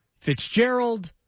Fitzgerald